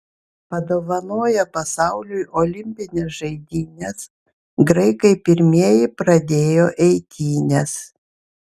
padovanoję pasauliui olimpines žaidynes graikai pirmieji pradėjo eitynes